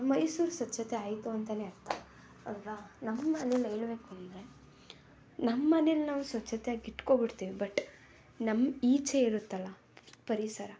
ಮೈಸೂರು ಸ್ವಚ್ಛತೆ ಆಯಿತು ಅಂತಾ ಅರ್ಥ ಅಲ್ಲವ ನಮ್ಮ ಮನೇಲ್ ಹೇಳ್ಬೇಕು ಅಂದರೆ ನಮ್ಮ ಮನೇಲ್ ನಾವು ಸ್ವಚ್ಛತೆಯಾಗಿ ಇಟ್ಕೊಬಿಡ್ತೀವಿ ಬಟ್ ನಮ್ಮ ಈಚೆ ಇರುತ್ತಲ್ಲ ಪರಿಸರ